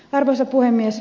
arvoisa puhemies